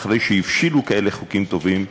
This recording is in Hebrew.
אחרי שהבשילו כאלה חוקים טובים,